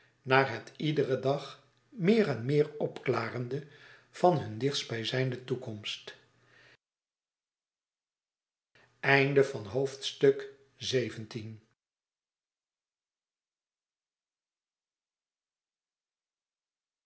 naar het iederen dag meer en meer opklarende van hun dichtstbijzijnde toekomst